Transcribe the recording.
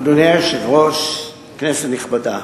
אדוני היושב-ראש, כנסת נכבדה,